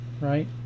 right